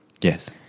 Yes